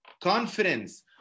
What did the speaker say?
confidence